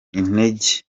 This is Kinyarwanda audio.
intege